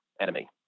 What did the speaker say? enemy